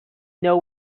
know